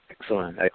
Excellent